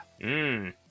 Mmm